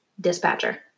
dispatcher